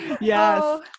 yes